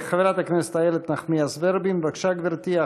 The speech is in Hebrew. חברת הכנסת איילת נחמיאס ורבין, בבקשה, גברתי.